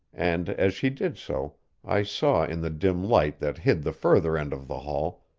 and as she did so i saw in the dim light that hid the further end of the hall,